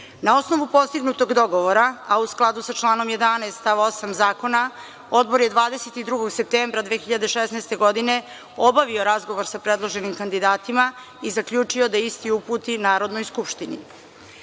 Na osnovu postignutog dogovora a u skladu sa članom 11. stav 8. zakona, odbor je 22. septembra 2016. godine obavio razgovor sa predloženim kandidatima i zaključio da isti uputi Narodnoj skupštini. Takođe,